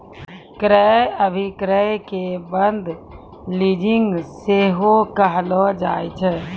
क्रय अभिक्रय के बंद लीजिंग सेहो कहलो जाय छै